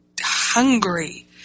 hungry